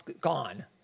gone